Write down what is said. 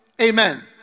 Amen